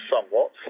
somewhat